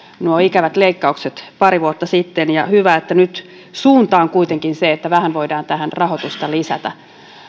nuo ikävät leikkaukset pari vuotta sitten ja hyvä että nyt suunta on kuitenkin se että vähän voidaan tähän rahoitusta lisätä